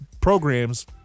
programs